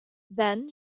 then